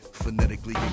Phonetically